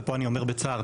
ופה אני אומר בצער,